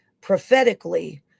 prophetically